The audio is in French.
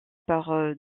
par